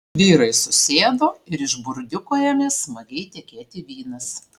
vyrai susėdo ir iš burdiuko ėmė smagiai tekėti vynas